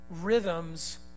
rhythms